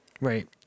Right